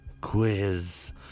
quiz